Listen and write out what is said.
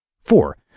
Four